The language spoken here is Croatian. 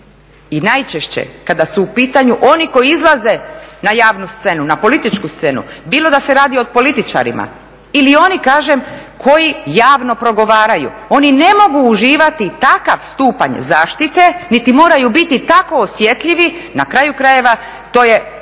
i najčešće kada su u pitanju oni koji izlaze na javnu i političku scenu bilo da se radi o političarima ili oni koji javno progovaraju, oni ne mogu uživati takav stupanj zaštite niti moraju biti tako osjetljivi, na kraju krajeva to je